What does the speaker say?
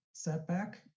setback